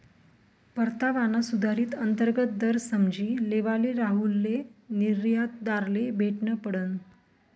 परतावाना सुधारित अंतर्गत दर समझी लेवाले राहुलले निर्यातदारले भेटनं पडनं